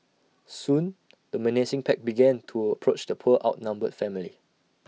soon the menacing pack began to approach the poor outnumbered family